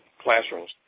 classrooms